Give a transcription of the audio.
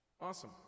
awesome